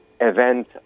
event